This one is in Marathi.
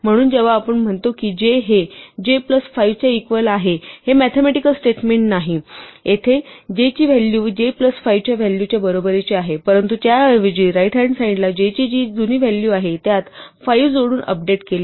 म्हणून जेव्हा आपण म्हणतो की j हे j प्लस 5 च्या इक्वल आहे हे मॅथेमॅटिकल स्टेटमेंट नाही जेथे j ची व्हॅलू j प्लस 5 च्या व्हॅलू च्या बरोबरीचे आहे परंतु त्याऐवजी राईट हॅन्ड साईड ला j जे ची जुनी व्हॅल्यू आहे त्यात 5 जोडून अपडेट केले आणि नंतर ते नवीन व्हॅल्यू j म्हणून बदलले